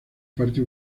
parte